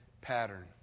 pattern